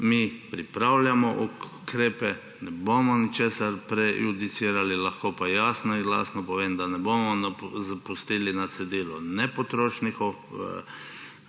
Mi pripravljamo ukrepe, ne bomo ničesar prejudicirali, lahko pa jasno in glasno povem, da ne bomo pustili na cedilu ne potrošnikov